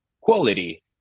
quality